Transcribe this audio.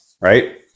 right